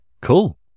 cool